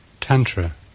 Tantra